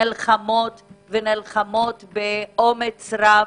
נלחמות, ובאומץ רב,